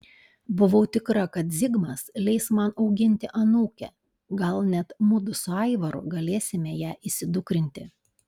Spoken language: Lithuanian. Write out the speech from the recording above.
buvau tikra kad zigmas leis man auginti anūkę gal net mudu su aivaru galėsime ją įsidukrinti